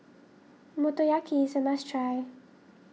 Motoyaki is a must try